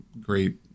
great